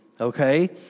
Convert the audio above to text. okay